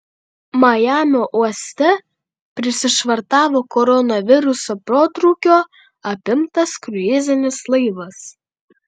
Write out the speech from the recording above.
majamio uoste prisišvartavo koronaviruso protrūkio apimtas kruizinis laivas